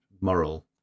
moral